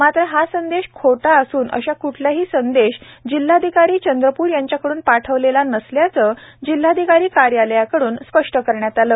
मात्र हा संदेश खोटा असून असा क्ठलाही संदेश जिल्हाधिकारी चंद्रपूर यांच्याकडून पाठविलेला नसल्याचे जिल्हाधिकारी कार्यालयाकड्न स्पष्ट करण्यात आले आहेत